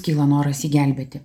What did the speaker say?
kyla noras jį gelbėti